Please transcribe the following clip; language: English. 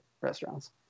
restaurants